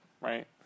Right